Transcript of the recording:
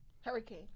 Hurricane